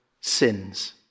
sins